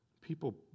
People